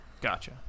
Gotcha